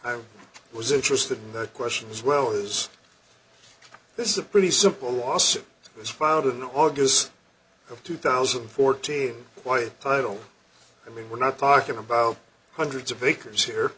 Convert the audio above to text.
i was interested in that question as well is this is a pretty simple lawsuit was filed in august of two thousand and fourteen why it title i mean we're not talking about hundreds of acres here